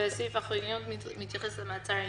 וסעיף החיוניות מתייחס למעצר ימים.